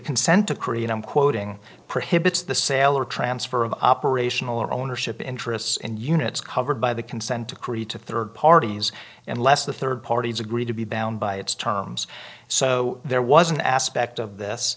consent to create and i'm quoting prohibits the sale or transfer of operational or ownership interests and units covered by the consent decree to third parties unless the third parties agree to be bound by its terms so there was an aspect of this